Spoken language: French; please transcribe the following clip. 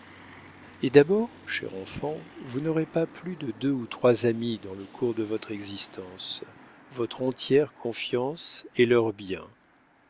et d'abord cher enfant vous n'aurez pas plus de deux ou trois amis dans le cours de votre existence votre entière confiance est leur bien